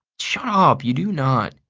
shut up, you do not.